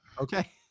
Okay